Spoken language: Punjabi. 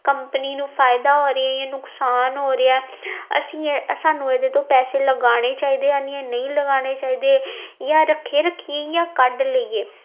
ਕੰਪਨੀ ਨੂੰ ਫਾਇਦਾ ਹੋ ਰਿਹਾ ਜਾਂ ਨੁਕਸਾਨ ਹੋ ਰਿਹਾ ਅਸੀਂ ਸਾਨੂੰ ਇਹਦੇ ਤੋਂ ਪੈਸੇ ਲਗਾਉਣੇ ਚਾਹੀਦੇ ਹਨ ਜਾਂ ਨਹੀਂ ਲਗਾਉਣੇ ਚਾਹੀਦੇ ਜਾਂ ਰੱਖੇ ਰੱਖੀਏ ਜਾਂ ਕੱਢ ਲਈਏ